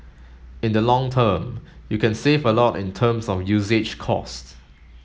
in the long term you can save a lot in terms of usage cost